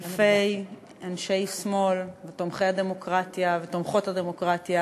אלפי אנשי שמאל ותומכי הדמוקרטיה ותומכות הדמוקרטיה,